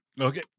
Okay